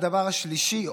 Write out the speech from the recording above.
לדבר השלישי,